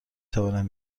توانم